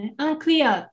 unclear